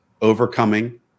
overcoming